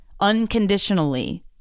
unconditionally